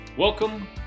Welcome